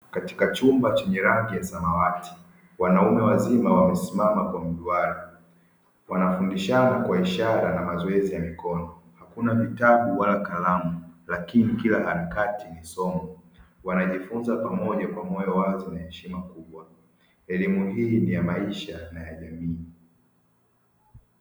Katika chumba chenye rangi ya samawati, wanaume wazima wamesimama kwa mduara; wanafundishana kwa ishara na mazoezi ya mikono, hakuna vitabu wala kalamu lakini kila harakati ni somo. Wanajifunza pamoja kwa moyo wazi na heshima kubwa. Elimu hii ni ya maisha na ya jamii.